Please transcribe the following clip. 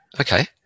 okay